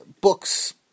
books